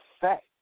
fact